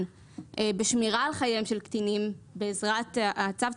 בשמירה על חייהם של קטינים בעזרת הצו,